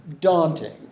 daunting